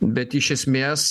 bet iš esmės